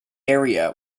area